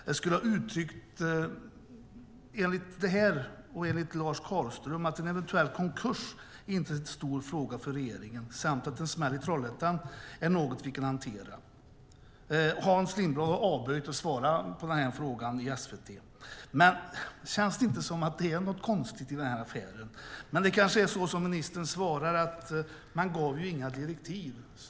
Han skulle enligt Lars Carlström ha sagt att en eventuell konkurs inte var en stor fråga för regeringen samt att en smäll i Trollhättan var något man kunde hantera. Hans Lindblad har avböjt att kommentera detta i SVT. Känns det inte som att det är något konstigt med den här affären? Det kanske är som ministern säger i sitt svar att man inte gav några direktiv.